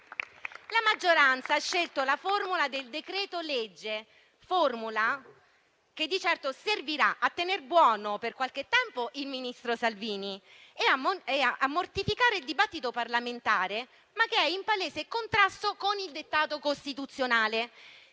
La maggioranza ha scelto la formula del decreto-legge, formula che di certo servirà a tener buono per qualche tempo il ministro Salvini e a mortificare il dibattito parlamentare, ma che è in palese contrasto con il dettato costituzionale.